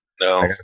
No